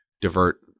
divert